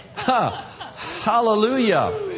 Hallelujah